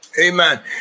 Amen